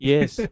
Yes